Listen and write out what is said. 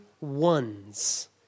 ones